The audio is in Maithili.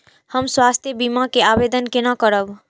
हम स्वास्थ्य बीमा के आवेदन केना करब?